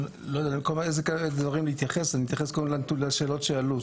אני אתייחס קודם לשאלות שעלו,